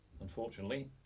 unfortunately